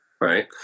right